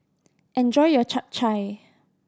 enjoy your Chap Chai